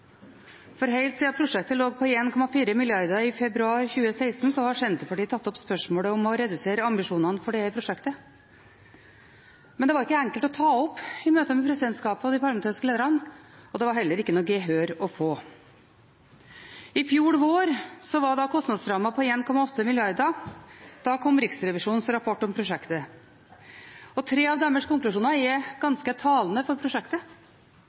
for helt siden prosjektet lå på 1,4 mrd. i februar 2016, har Senterpartiet tatt opp spørsmålet om å redusere ambisjonene for dette prosjektet. Men det var ikke enkelt å ta opp i møte med presidentskapet og de parlamentariske lederne, og det var heller ikke noe gehør å få. I fjor vår var kostnadsrammen på 1,8 mrd. Da kom Riksrevisjonens rapport om prosjektet. Tre av deres konklusjoner er ganske talende for prosjektet.